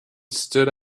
stood